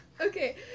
Okay